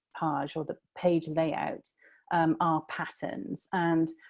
ah yeah or the page layout, are patterns. and,